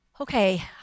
Okay